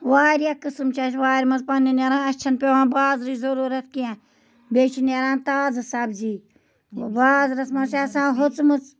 واریاہ قٕسٕم چھِ اَسہِ وارِ منٛز پَنٕنۍ نیران اَسہِ چھِنہٕ پٮ۪وان بازرٕچ ضٔروٗرتھ کینٛہہ بیٚیہِ چھِ نیران تازٕ سبزی بازرَس منٛز چھِ آسان ہوٚژمٕز